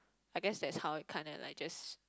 I guess that's how it kinda like just